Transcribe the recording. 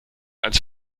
als